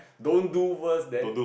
don't do first then